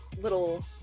little